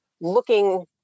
looking